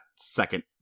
second